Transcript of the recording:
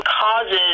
causes